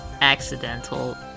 accidental